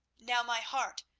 now my heart,